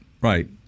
Right